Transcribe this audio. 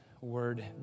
word